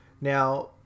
Now